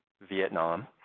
Vietnam